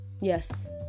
Yes